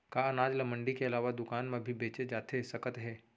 का अनाज ल मंडी के अलावा दुकान म भी बेचे जाथे सकत हे?